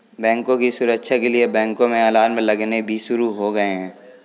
बैंकों की सुरक्षा के लिए बैंकों में अलार्म लगने भी शुरू हो गए हैं